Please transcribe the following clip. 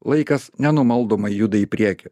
laikas nenumaldomai juda į priekį